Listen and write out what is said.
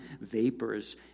vapors